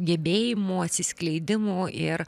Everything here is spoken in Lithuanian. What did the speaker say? gebėjimų atsiskleidimų ir